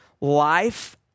life